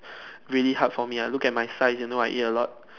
really hard for me ah look at my size you know I eat a lot